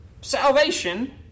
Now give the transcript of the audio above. salvation